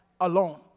alone